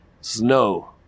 snow